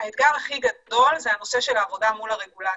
האתגר הכי גדול זה הנושא של העבודה מול הרגולציה.